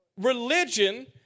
Religion